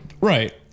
right